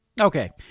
Okay